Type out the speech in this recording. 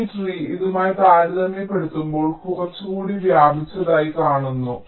അതിനാൽ ഈ ട്രീ ഇതുമായി താരതമ്യപ്പെടുത്തുമ്പോൾ കുറച്ചുകൂടി വ്യാപിച്ചതായി കാണുന്നു